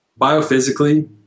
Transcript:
Biophysically